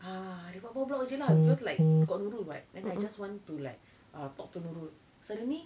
ah lepak bawah block jer lah because like got nurul right and I just want to like uh talk to nurul suddenly a